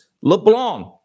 LeBlanc